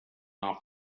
off